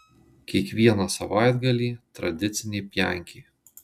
kiekvieną savaitgalį tradicinė pjankė